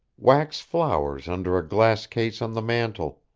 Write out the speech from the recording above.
wax flowers under a glass case on the mantel.